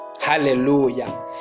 Hallelujah